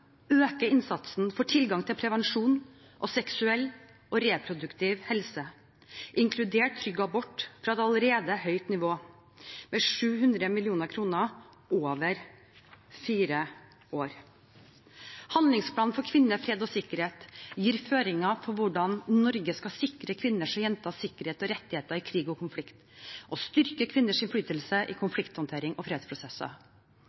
øker innsatsen for tilgang til prevensjon og seksuell og reproduktiv helse, inkludert trygg abort, fra et allerede høyt nivå, med 700 mill. kr over fire år. Handlingsplanen for kvinner, fred og sikkerhet gir føringer for hvordan Norge skal sikre kvinners og jenters sikkerhet og rettigheter i krig og konflikt, og styrke kvinners innflytelse i